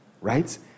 right